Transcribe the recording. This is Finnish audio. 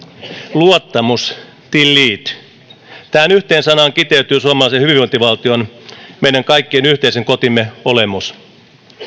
luottamus tillit tähän yhteen sanaan kiteytyy suomalaisen hyvinvointivaltion meidän kaikkien yhteisen kotimme olemus